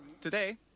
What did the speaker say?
Today